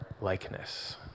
likeness